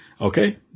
Okay